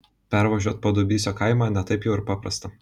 pervažiuot padubysio kaimą ne taip jau ir paprasta